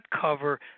cover